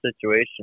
situation